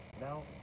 now